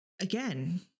Again